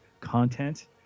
content